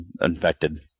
infected